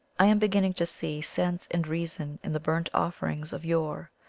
i am beginning to see sense and reason in the burnt-offerings' of yore.